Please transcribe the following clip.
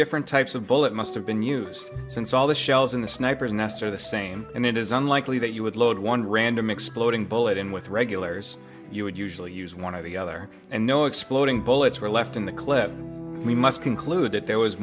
different types of bullet must have been used since all the shells in the sniper's nest are the same and it is unlikely that you would load one random exploding bullet in with regulars you would usually use one or the other and no exploding bullets were left in the clip we must conclude that there was